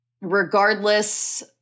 Regardless